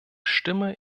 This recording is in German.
stimme